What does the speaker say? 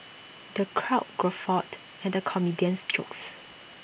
the crowd guffawed at the comedian's jokes